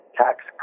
tax